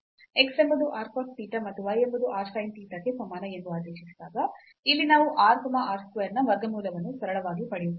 ಆದ್ದರಿಂದ x ಎಂಬುದು r cos theta ಮತ್ತು y ಎಂಬುದು r sin theta ಕ್ಕೆ ಸಮಾನ ಎಂದು ಆದೇಶಿಸಿದಾಗ ಇಲ್ಲಿ ನಾವು r r ಸ್ಕ್ವೇರ್ ನ ವರ್ಗಮೂಲವನ್ನು ಸರಳವಾಗಿ ಪಡೆಯುತ್ತೇವೆ